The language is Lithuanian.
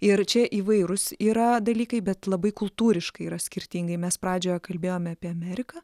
ir čia įvairūs yra dalykai bet labai kultūriškai yra skirtingai mes pradžioje kalbėjome apie ameriką